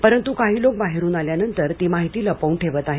परंतु काही लोक बाहेरून आल्यानंतर ती माहिती लपवून ठेवत आहेत